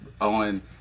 On